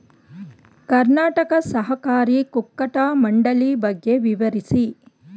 ಕರ್ನಾಟಕ ಸಹಕಾರಿ ಕುಕ್ಕಟ ಮಂಡಳಿ ಬಗ್ಗೆ ವಿವರಿಸಿ?